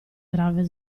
grave